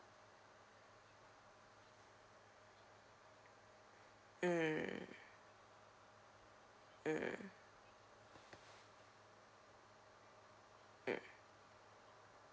mm mm mm